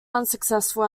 unsuccessful